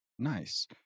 Nice